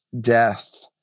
death